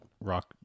rock